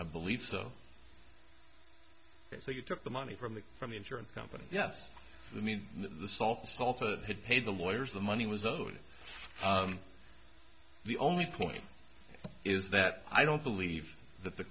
i believe so so you took the money from the from the insurance company yes the means the softball to pay the lawyers the money was owed the only point is that i don't believe that the